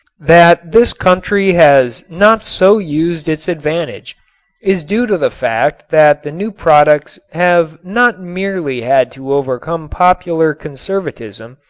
that this country has not so used its advantage is due to the fact that the new products have not merely had to overcome popular conservatism,